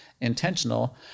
intentional